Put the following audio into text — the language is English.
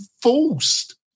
forced